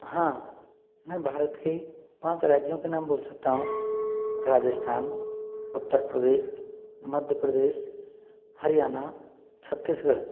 हाँ मैं भारत के पाँच राज्यों के नाम बोल सकता हूँ राजस्थान उत्तर प्रदेश मध्य प्रदेश हरियाणा छत्तीसगढ़